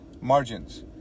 Margins